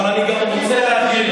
אבל אני גם רוצה להדגיש,